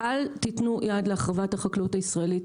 אל תיתנו יד להחרבת החקלאות הישראלית.